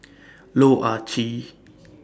Loh Ah Chee